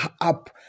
up